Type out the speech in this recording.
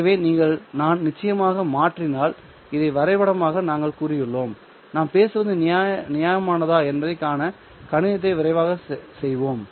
எனவேநான் நிச்சயமாக மாற்றினால் இதை வரைபடமாக நாங்கள் கூறியுள்ளோம் நாம் பேசுவது நியாயமானதா என்பதைக் காண கணிதத்தை விரைவாக செய்வோம்